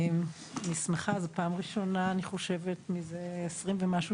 אני חושבת שזו פעם ראשונה מזה 20 שנה ומשהו